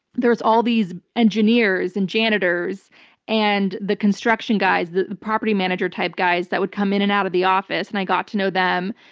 there were all these engineers and janitors and the construction guys, the property manager-type guys that would come in and out of the office, and i got to know them.